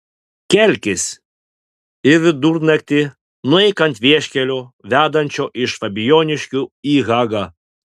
kelkis ir vidurnaktį nueik ant vieškelio vedančio iš fabijoniškių į hagą